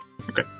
Okay